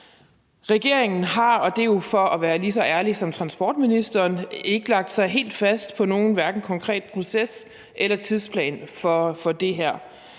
Regeringen har – for at være lige så ærlig som transportministeren – ikke lagt sig helt fast på nogen konkret proces eller tidsplan for det her.